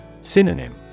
Synonym